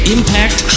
Impact